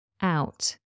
out